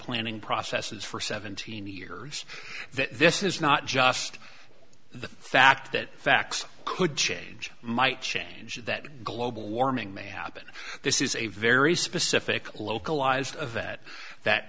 planning processes for seventeen years that this is not just the fact that facts could change might change that global warming may happen this is a very specific localized event that